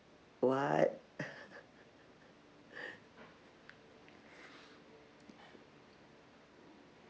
what